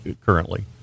currently